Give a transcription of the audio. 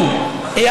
אורחים ואורחות יקרים,